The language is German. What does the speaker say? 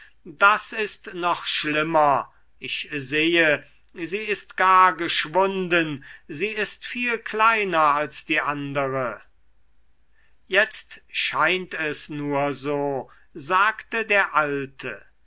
das ist noch schlimmer ich sehe sie ist gar geschwunden sie ist viel kleiner als die andere jetzt scheint es nur so sagte der alte